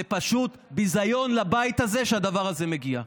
זה פשוט ביזיון לבית הזה שהדבר הזה מגיע.